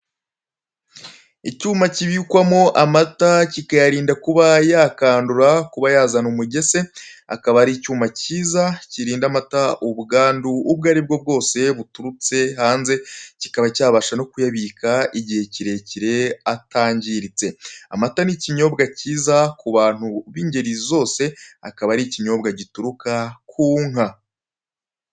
Icyuma kibikwamo amata kikayarinda kuba yakandura, kuba yazana umugese akaba ari icyuma kiza kirinda amata ubwandu ubwaribwo bwose burutse hanze kikaba cyabasha no kuyabika igihe kirekire atangiritse, amata ni ikinyobwa cyiza kubantu b'ingeri zose akaba ari ikinyobwa gituruka ku nka.